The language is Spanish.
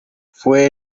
fue